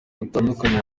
butandukanye